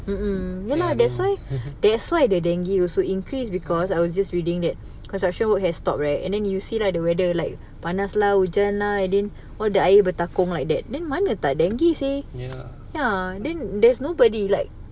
ya I know ya